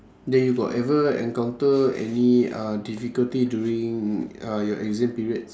then you got ever encounter any uh difficulty during uh your exam periods